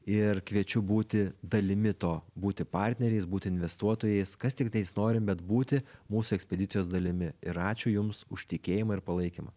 ir kviečiu būti dalimi to būti partneriais būti investuotojais kas tiktais norim bet būti mūsų ekspedicijos dalimi ir ačiū jums už tikėjimą ir palaikymą